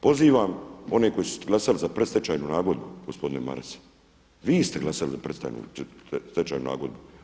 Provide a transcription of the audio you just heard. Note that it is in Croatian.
Pozivam one koji su glasali za predstečajnu nagodbu gospodine Maras, vi ste glasali za predstečajnu nagodbu.